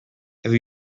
have